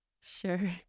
Sure